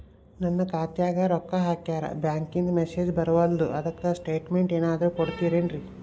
ನನ್ ಖಾತ್ಯಾಗ ರೊಕ್ಕಾ ಹಾಕ್ಯಾರ ಬ್ಯಾಂಕಿಂದ ಮೆಸೇಜ್ ಬರವಲ್ದು ಅದ್ಕ ಸ್ಟೇಟ್ಮೆಂಟ್ ಏನಾದ್ರು ಕೊಡ್ತೇರೆನ್ರಿ?